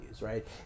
right